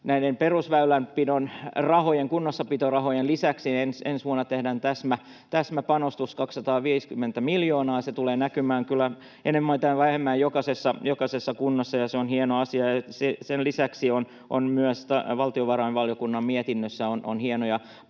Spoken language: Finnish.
näiden perusväylänpidon rahojen, kunnossapitorahojen, lisäksi täsmäpanostus, 250 miljoonaa. Se tulee kyllä näkymään enemmän tai vähemmän jokaisessa kunnassa, ja se on hieno asia. Sen lisäksi valtiovarainvaliokunnan mietinnössä on myös hienoja panostuksia